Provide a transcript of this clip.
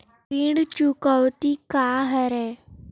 ऋण चुकौती का हरय?